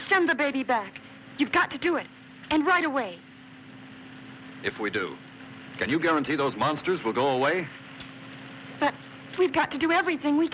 send a baby back you've got to do it and right away if we do then you go into those monsters will go away but we've got to do everything we